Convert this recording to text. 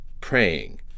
praying